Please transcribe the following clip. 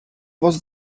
was